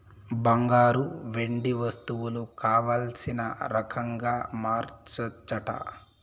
బంగారు, వెండి వస్తువులు కావల్సిన రకంగా మార్చచ్చట